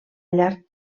llarg